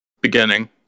beginning